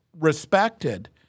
respected